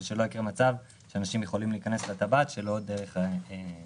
לשלם כל הזמן את שלוש הדקות האלה בהן אתה נוסע,